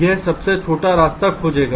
यह सबसे छोटा रास्ता खोजेगा